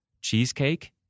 cheesecake